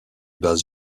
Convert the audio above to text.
bases